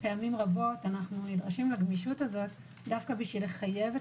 פעמים רבות אנו נדרשים לגמישות הזאת דווקא לחייב את